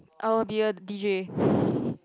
I will be a D_J